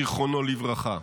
זכרו לברכה.